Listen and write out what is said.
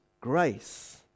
grace